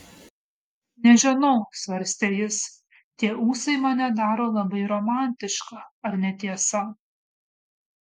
nežinau svarstė jis tie ūsai mane daro labai romantišką ar ne tiesa